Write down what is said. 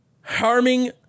Harming